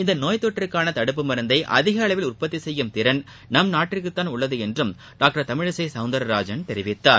இந்த நோய் தொற்றுக்காள தடுப்பு மருந்தை அதிக அளவில் உற்பத்தி செய்யும் திறன் நம் நாட்டிற்குத்தான் உள்ளது என்றும் டாக்டர் தமிழிசை சவுந்தரராஜன் தெரிவித்தார்